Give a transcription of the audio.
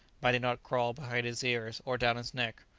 might it not crawl behind his ears or down his neck,